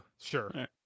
sure